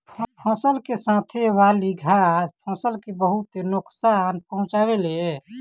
फसल के साथे वाली घास फसल के बहुत नोकसान पहुंचावे ले